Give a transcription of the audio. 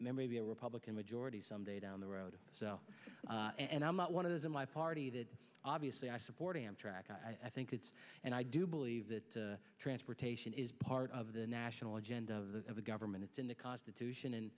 maybe a republican majority some day down the road and i'm not one of those in my party that obviously i support amtrak i think it's and i do believe that transportation is part of the national agenda of the government it's in the constitution